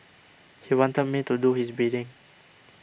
he wanted me to do his bidding